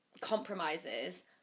compromises